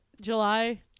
July